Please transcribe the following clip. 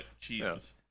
jesus